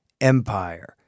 empire